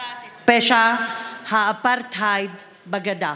מבצעת את פשע האפרטהייד בגדה.